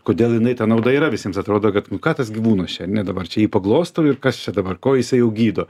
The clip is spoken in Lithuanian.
kodėl jinai ta nauda yra visiems atrodo kad nu ką tas gyvūnas čia ne dabar čia jį paglostau ir kas čia dabar ko jisai gydo